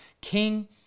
king